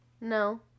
No